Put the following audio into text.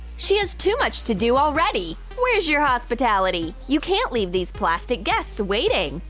she has too much to do already! where's your hospitality? you can't leave these plastic guests waiting!